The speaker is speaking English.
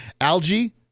Algae